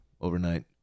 Overnight